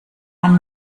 ein